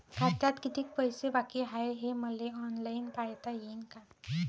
खात्यात कितीक पैसे बाकी हाय हे मले ऑनलाईन पायता येईन का?